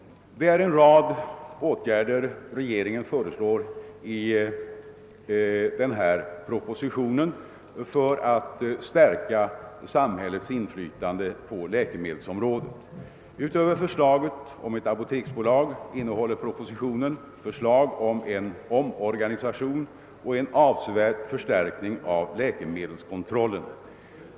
Regeringen föreslår i denna proposition en rad åtgärder för att stärka samhällets inflytande på läkemedelsområdet. Utöver förslaget om ett apoteksbolag innehåller propositionen förslag om en omorganisation och en avsevärd förstärkning av läkemedelskontrollen.